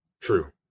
True